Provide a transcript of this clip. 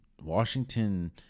Washington